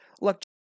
look